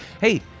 Hey